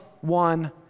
one